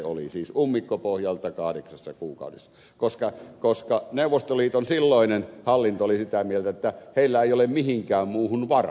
siis ummikkopohjalta kahdeksassa kuukaudessa koska neuvostoliiton silloinen hallinto oli sitä mieltä että heillä ei ole mihinkään muuhun varaa